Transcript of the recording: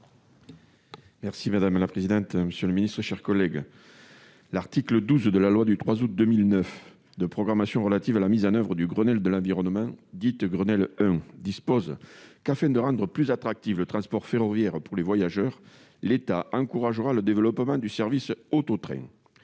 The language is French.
est ainsi libellé : La parole est à M. Henri Cabanel. L'article 12 de la loi du 3 août 2009 de programmation relative à la mise en oeuvre du Grenelle de l'environnement, dite Grenelle 1, dispose qu'afin de rendre plus attractif le transport ferroviaire pour les voyageurs, l'État encouragera le développement du service auto-train.